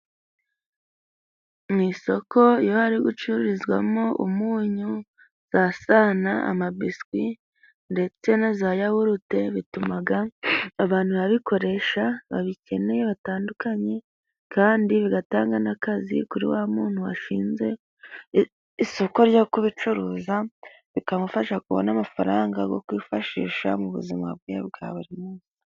Mu isoko iyo hari gucururizwamo umunyu, za sana ,amabiswi ,ndetse na za yawurute, bituma abantu babikoresha babikeneye batandukanye kandi bigatanga n'akazi kuri wa muntu washinze isoko ryo kubicuruza, bikamufasha kubona amafaranga yo kwifashisha mu buzima bwe bwa buri munsi.